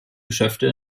geschäfte